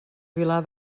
vilar